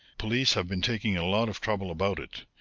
police have been taking a lot of trouble about it,